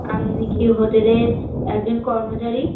আপনি কি হোটেলের একজন কর্মচারী